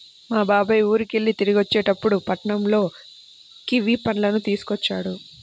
మా బాబాయ్ ఊరికెళ్ళి తిరిగొచ్చేటప్పుడు పట్నంలో కివీ పళ్ళను తీసుకొచ్చాడు